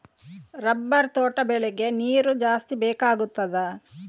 Rubber ತೋಟ ಬೆಳೆಗೆ ನೀರು ಜಾಸ್ತಿ ಬೇಕಾಗುತ್ತದಾ?